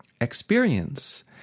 experience